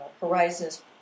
Horizons